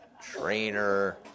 trainer